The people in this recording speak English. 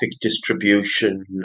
distribution